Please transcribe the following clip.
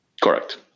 Correct